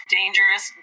dangerous